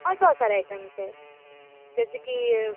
और बहुत सारे आइटम्स है जैसे कि